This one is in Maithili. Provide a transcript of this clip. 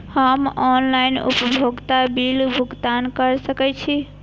हम ऑनलाइन उपभोगता बिल भुगतान कर सकैछी?